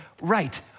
right